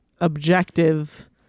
objective